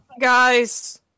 guys